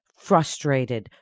frustrated